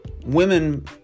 Women